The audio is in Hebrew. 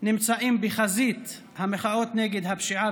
נמצאים בחזית המחאות נגד הפשיעה